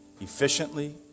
efficiently